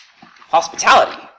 hospitality